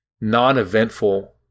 non-eventful